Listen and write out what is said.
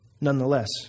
Nonetheless